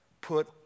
put